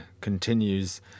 continues